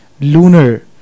lunar